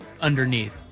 underneath